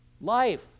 life